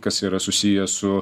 kas yra susiję su